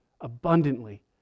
abundantly